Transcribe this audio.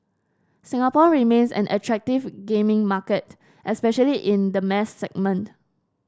Singapore remains an attractive gaming market especially in the mass segment